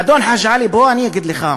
אדון חאג' עלי, בוא אגיד לך.